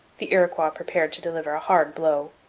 the iroquois prepared to deliver a hard blow.